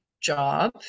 job